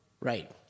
Right